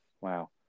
wow